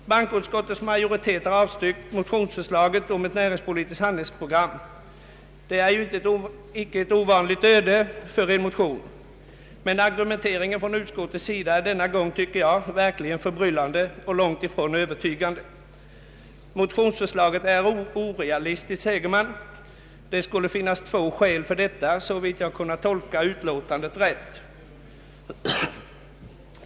Bankoutskottets majoritet har avstyrkt motionsförslaget om ett näringspolitiskt handlingsprogram. Det är icke ett ovanligt öde för en motion, men argumenteringen från utskottet är denna gång, tycker jag, verkligen förbryllande och långt ifrån övertygande. Motionsförslaget är orealistiskt, säger man. Det skulle finnas två skäl för detta, såvitt jag kunnat tolka utlåtandet rätt.